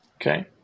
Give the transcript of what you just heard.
Okay